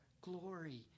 glory